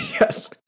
Yes